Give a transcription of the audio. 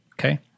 okay